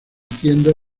tiendas